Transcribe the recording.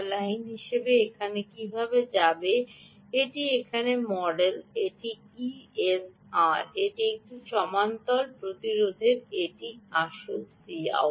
এই লাইনটি এই লাইনটি এখানে যাবে এটি এখানে সমান মডেল এটি ইএসআর এটি সমান্তরাল প্রতিরোধের এটিই আসল Cout